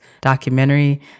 documentary